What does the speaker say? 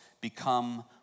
become